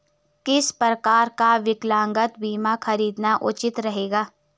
किस प्रकार का विकलांगता बीमा खरीदना उचित रहेगा?